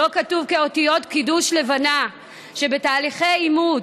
שלא כתוב באותיות קידוש לבנה שבתהליכי אימוץ,